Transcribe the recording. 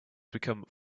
become